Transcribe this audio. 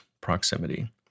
proximity